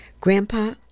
Grandpa